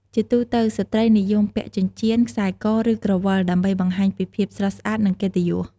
ជាទូទៅ ស្ត្រីនិយមពាក់ចិញ្ចៀន ខ្សែក ឬ ក្រវិល ដើម្បីបង្ហាញពីភាពស្រស់ស្អាត និងកិត្តិយស។